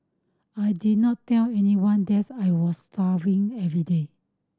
I did not tell anyone that I was starving every day